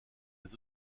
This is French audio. les